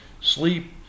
sleep